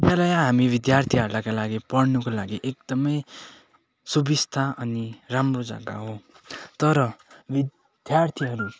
विद्यालय हामी विद्यार्थीहरलाका लागि पढ्नुको लागि एकदमै सुबिस्ता अनि राम्रो जग्गा हो तर विद्यार्थीहरू